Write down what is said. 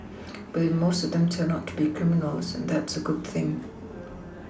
but if most of them turn out to be criminals that's a good thing